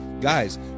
Guys